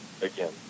again